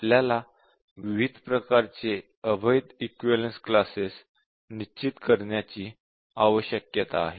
आपल्याला विविध प्रकारचे अवैध इक्विवलेन्स क्लासेस निश्चित करण्याची आवश्यकता आहे